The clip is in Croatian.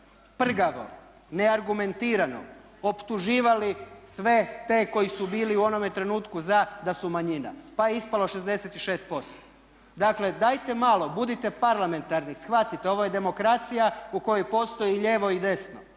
prgavo, neargumentirano optuživali sve te koji su bili u onome trenutku za da su manjina, pa je ispalo 66%. Dakle, dajte malo budite parlamentarni, shvatite ovo je demokracija u kojoj postoji i lijevo i desno,